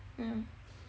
mm